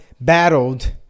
battled